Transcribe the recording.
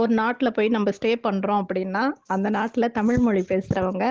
ஒரு நாட்டில் போய் நம்ம ஸ்டே பண்ணுறோம் அப்படின்னா அந்த நாட்டில் தமிழ்மொழி பேசுறவங்க